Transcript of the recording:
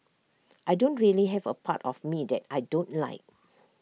I don't really have A part of me that I don't like